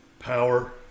power